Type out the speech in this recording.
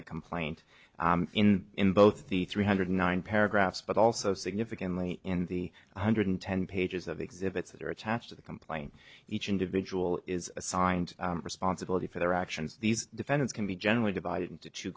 the complaint in in both the three hundred nine paragraphs but also significantly and the one hundred ten pages of exhibits that are attached to the complaint each individual is assigned responsibility for their actions these defendants can be generally divided into two